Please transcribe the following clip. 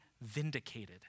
vindicated